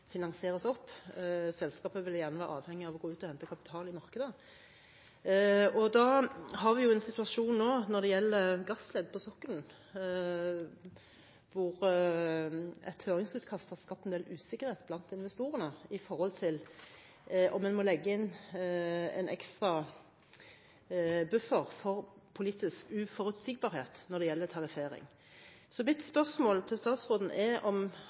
finansieres. Selskapet vil være avhengig av å gå ut og hente kapital i markedet. Nå har vi en situasjon når det gjelder gassfelt på sokkelen, hvor et høringsutkast har skapt en del usikkerhet blant investorene med tanke på om en må legge inn en ekstra buffer for politisk uforutsigbarhet når det gjelder tariffering. Mitt spørsmål til statsråden er om